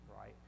right